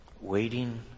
waiting